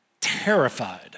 terrified